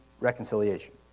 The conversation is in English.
reconciliation